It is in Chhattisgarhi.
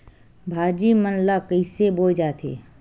भाजी मन ला कइसे बोए जाथे?